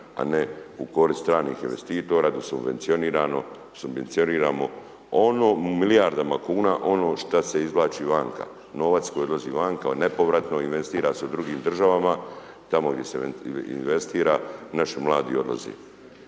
a ne u korist stranih investitora da subvencioniramo u milijardama kuna, ono što se izvlači vanka, novac koji odlazi vanka, on nepovratno investira se u drugim državama, tamo gdje se investira, naši mladi odlaze.